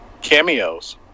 cameos